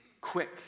quick